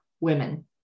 women